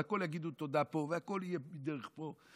על הכול יגידו תודה פה והכול יהיה דרך פה.